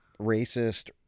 racist